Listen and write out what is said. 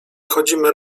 chodzimy